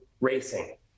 racing